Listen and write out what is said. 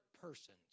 persons